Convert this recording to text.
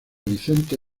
vicente